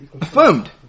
affirmed